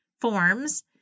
forms